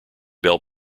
bell